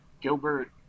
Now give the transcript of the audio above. gilbert